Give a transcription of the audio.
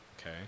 okay